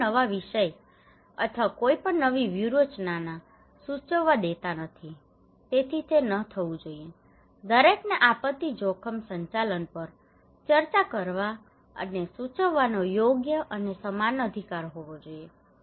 કોઈપણ નવા વિષય અથવા કોઈપણ નવી વ્યૂહરચના સૂચવવા દેતા નથી તેથી તે ન થવું જોઈએ દરેકને આપત્તિ જોખમ સંચાલન પર ચર્ચા કરવા અને સૂચવવાનો યોગ્ય અને સમાન અધિકાર હોવો જોઈએ